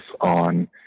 on